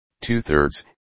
two-thirds